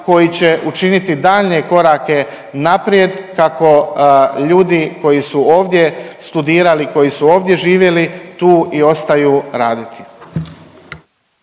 koji će učiniti daljnje korake naprijed kako ljudi koji su ovdje studirali, koji su ovdje živjeli, tu i ostaju raditi.